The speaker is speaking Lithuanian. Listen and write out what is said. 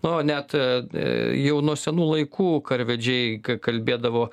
nu net jau nuo senų laikų karvedžiai kalbėdavo